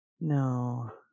No